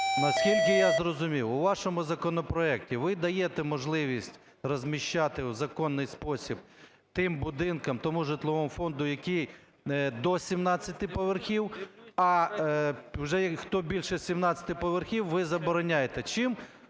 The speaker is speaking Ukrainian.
Наскільки я зрозумів, у вашому законопроекті ви даєте можливість розміщувати в законний спосіб тим будинкам, тому житловому фонду, який до 17 поверхів, а вже хто більше 17 поверхів, ви забороняєте. Чим